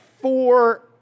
four